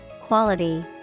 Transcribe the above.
quality